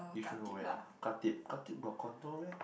you should know where Khatib Khatib got condo meh